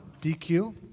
DQ